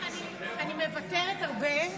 אני מוותרת הרבה,